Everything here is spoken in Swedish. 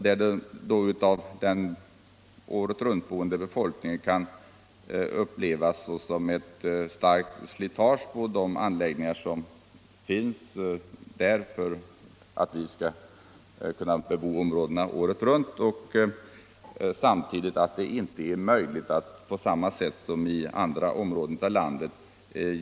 Den bofasta befolkningen kan tycka att turismen medför ett starkt slitage på de anläggningar som behövs för att vi skall kunna bo där året runt, och man har kanske svårt att se turismen som ett inslag i näringslivet.